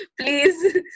Please